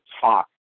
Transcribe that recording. talk